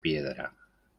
piedra